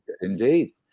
indeed